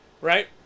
right